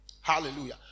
Hallelujah